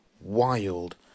wild